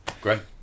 great